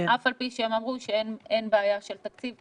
אף על פי שהם אמרו שאין בעיה של תקציב.